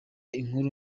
inkuru